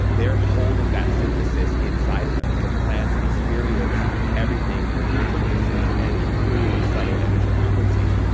they're holding that synthesis inside of them, because plants experience everything through synthesis and through the subtle energy frequencies.